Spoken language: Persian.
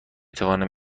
توانم